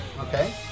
okay